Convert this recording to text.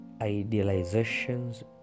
idealizations